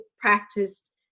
practiced